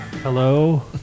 Hello